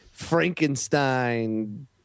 Frankenstein